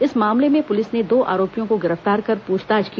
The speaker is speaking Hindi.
इस मामले में पुलिस ने दो आरोपियों को गिरफ्तार कर पूछताछ की